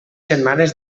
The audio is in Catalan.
setmanes